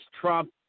Trump